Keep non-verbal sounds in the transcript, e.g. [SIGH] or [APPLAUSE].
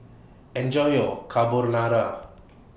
Enjoy your Carbonara [NOISE]